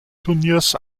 turniers